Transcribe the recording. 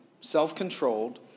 self-controlled